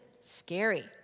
scary